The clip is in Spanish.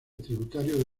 tributario